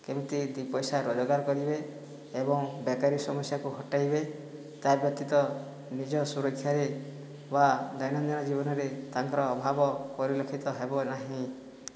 କେମିତି ଦୁଇ ପଇସା ରୋଜଗାର କରିବେ ଏବଂ ବେକାରୀ ସମସ୍ୟାକୁ ହଟାଇବେ ତା' ବ୍ୟତୀତ ନିଜ ସୁରକ୍ଷାରେ ବା ଦୈନନ୍ଦିନ ଜୀବନରେ ତାଙ୍କର ଅଭାବ ପରିଲକ୍ଷିତ ହେବ ନାହିଁ